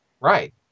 Right